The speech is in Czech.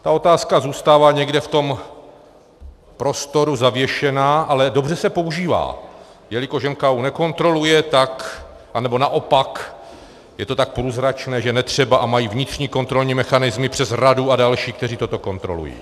Ta otázka zůstává někde v tom prostoru zavěšená, ale dobře se používá, jelikož je NKÚ nekontroluje, tak, anebo naopak je to tak průzračné, že netřeba a mají vnitřní kontrolní mechanismy přes radu a další, kteří toto kontrolují.